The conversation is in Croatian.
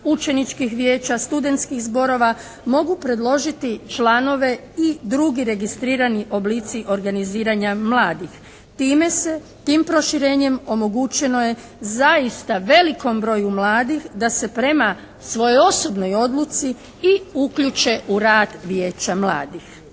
učeničkih vijeća, studentskih zborova mogu predložiti članove i drugi registrirani oblici organiziranja mladih. Time se, tim proširenjem omogućeno je zaista velikom broju mladih da se prema svojoj osobnoj odluci i uključe u rad Vijeća mladih.